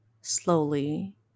slowly